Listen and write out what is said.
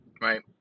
right